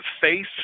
face